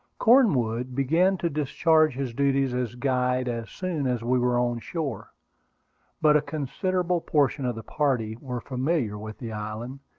cornwood began to discharge his duties as guide as soon as we were on shore but a considerable portion of the party were familiar with the island,